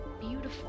beautiful